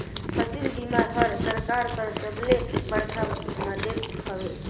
फसिल बीमा हर सरकार कर सबले बड़खा मदेत हवे